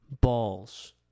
Balls